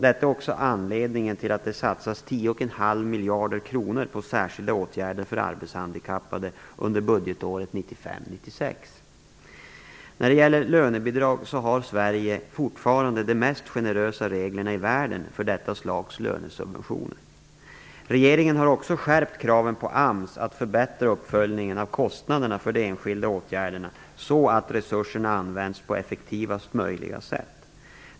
Detta är också anledningen till att det satsas 10,5 miljarder kronor på särskilda åtgärder för arbetshandikappade under budgetåret 1995/96. När det gäller lönebidrag har Sverige fortfarande de mest generösa reglerna i världen för detta slags lönesubventioner. Regeringen har också skärpt kraven på AMS att förbättra uppföljningen av kostnaderna för de enskilda åtgärderna så att resurserna används på effektivast möjliga sätt.